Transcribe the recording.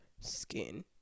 skin